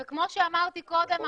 וכמו שאמרתי קודם,